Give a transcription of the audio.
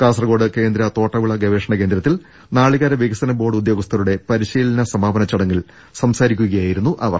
കാസർകോട് കേന്ദ്ര തോട്ടവിള ഗവേഷണ കേന്ദ്രത്തിൽ നാളി കേര വികസന ബോർഡ് ഉദ്യോഗസ്ഥരുടെ പരിശീലന സമാ പന ചടങ്ങിൽ സംസാരിക്കുകയായിരുന്നു അവർ